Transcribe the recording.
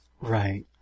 Right